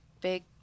big